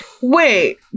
Wait